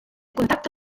contacta